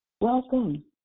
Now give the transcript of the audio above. Welcome